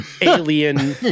alien